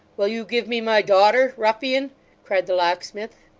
will you give me my daughter, ruffian cried the locksmith.